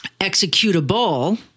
executable